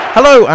Hello